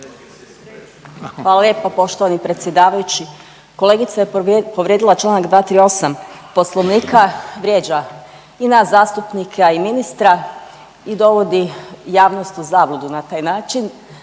Hvala lijepo poštovani predsjedavajući. Kolegica je povrijedila Članak 238. Poslovnika, vrijeđa i nas zastupnike, a i ministra i dovodi javnost u zabludu na taj način.